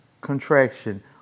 contraction